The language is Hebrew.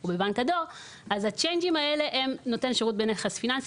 אז ה"צ'יינג'ים" האלה הם נותן שירות בנכס פיננסי.